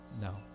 No